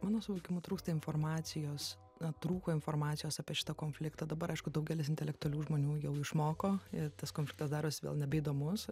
mano suvokimu trūksta informacijos na trūko informacijos apie šitą konfliktą dabar aišku daugelis intelektualių žmonių jau išmoko ir tas konfliktas daros vėl nebeįdomus